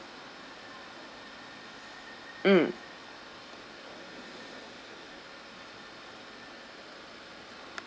mm